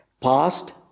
past